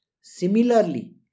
Similarly